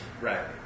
Right